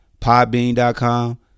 podbean.com